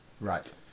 Right